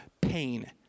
pain